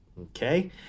Okay